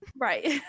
Right